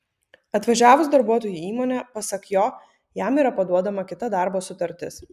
atvažiavus darbuotojui į įmonę pasak jo jam yra paduodama kita darbo sutartis